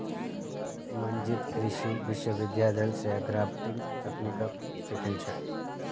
मंजीत कृषि विश्वविद्यालय स ग्राफ्टिंग तकनीकक सीखिल छ